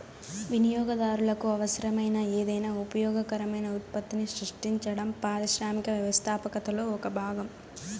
వినియోగదారులకు అవసరమైన ఏదైనా ఉపయోగకరమైన ఉత్పత్తిని సృష్టించడం పారిశ్రామిక వ్యవస్థాపకతలో భాగం